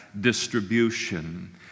distribution